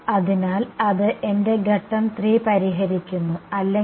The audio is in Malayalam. അതിനാൽ അത് എന്റെ ഘട്ടം 3 പരിഹരിക്കുന്നു അല്ലെങ്കിൽ